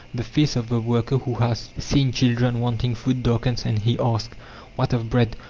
the face of the worker who has seen children wanting food darkens and he asks what of bread?